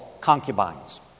concubines